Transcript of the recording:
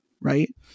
right